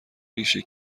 ریشه